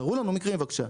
תראו לנו מקרים בבקשה.